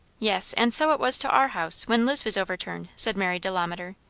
yes and so it was to our house, when liz was overturned, said mary delamater.